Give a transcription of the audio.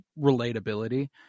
relatability